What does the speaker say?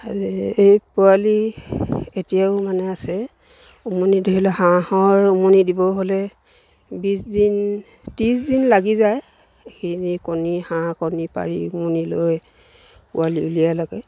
এই পোৱালি এতিয়াও মানে আছে উমনি ধৰি লওক হাঁহৰ উমনি দিব হ'লে বিছদিন ত্ৰিছ দিন লাগি যায় সেইখিনি কণী হাঁহ কণী পাৰি উমনি লৈ পোৱালি উলিওৱাৰলৈকে